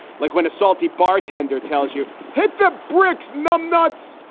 like when a salty bartender tells you hit the bricks, numb nuts.